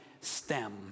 stem